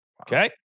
Okay